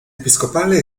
episcopale